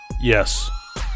Yes